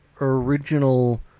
original